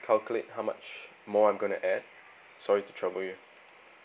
calculate how much more I'm gonna add sorry to trouble you